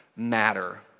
matter